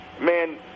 man